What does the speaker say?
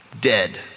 dead